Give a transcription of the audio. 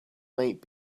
might